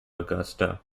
augusta